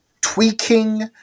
tweaking